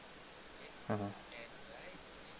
mmhmm